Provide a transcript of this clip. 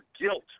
guilt